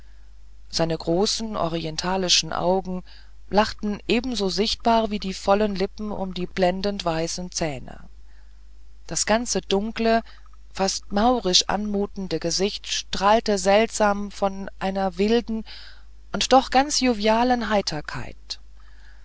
seine großen orientalischen augen lachten ebenso sichtbar wie die vollen lippen um die blendend weißen zähne das ganze dunkle fast maurisch anmutende gesicht strahlte seltsam von einer wilden und doch ganz jovialen heiterkeit